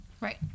Right